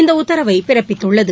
இந்த உத்தரவை பிறப்பித்துள்ளது